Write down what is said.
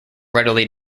readily